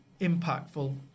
impactful